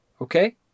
okay